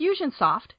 FusionSoft